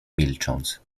milcząc